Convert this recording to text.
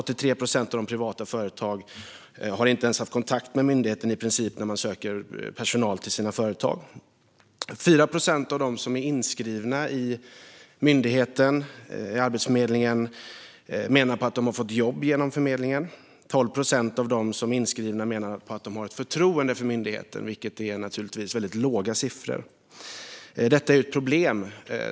83 procent av de privata företagen har i princip inte ens kontakt med myndigheten när de söker personal till sina företag. 4 procent av dem som är inskrivna vid Arbetsförmedlingen menar att de har fått jobb genom förmedlingen. 12 procent av de inskrivna menar att de har förtroende för myndigheten, vilket naturligtvis är en väldigt låg siffra. Detta är ett problem.